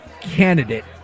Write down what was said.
candidate